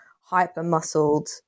hyper-muscled